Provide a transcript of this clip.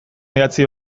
idatzi